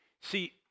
see